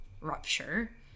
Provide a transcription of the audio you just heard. rupture